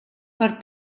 per